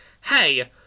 hey